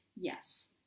yes